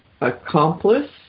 accomplice